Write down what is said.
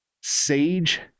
Sage